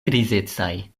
grizecaj